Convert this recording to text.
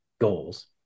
goals